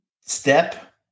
Step